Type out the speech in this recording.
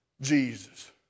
Jesus